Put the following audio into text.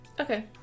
okay